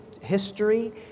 history